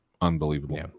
Unbelievable